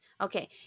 Okay